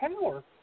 power